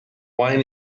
wine